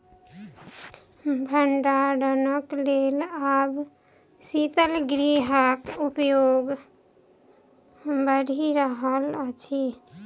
भंडारणक लेल आब शीतगृहक उपयोग बढ़ि रहल अछि